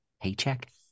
Paycheck